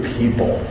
people